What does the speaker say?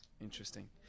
interesting